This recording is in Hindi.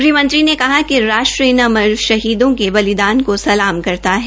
गृहमंत्री ने कहा कि हये राष्ट्र इन अमर शहीदों के बलिदान को सलाम करता है